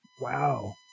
Wow